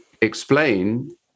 explain